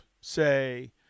say